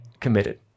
committed